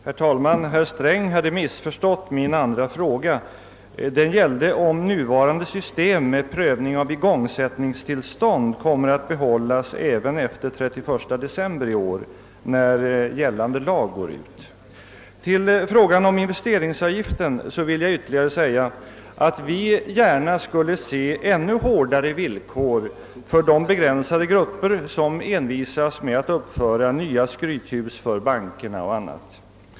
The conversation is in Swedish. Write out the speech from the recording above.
Herr talman! Herr Sträng hade missförstått min andra fråga. Den gällde huruvida nuvarande system med prövning av igångsättningstillstånd kommer att behållas även efter den 31 december i år när gällande lag går ut. jag tillägga att vi gärna skulle se ännu hårdare villkor för de begränsade grupper som envisas med att uppföra nya skrythus för banker och annat.